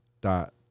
dot